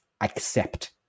accept